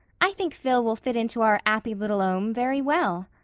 i think phil will fit into our appy little ome very well.